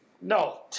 No